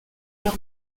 leur